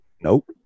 Nope